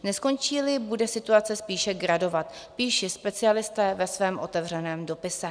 Neskončíli, bude situace spíše gradovat, píší specialisté ve svém otevřeném dopise.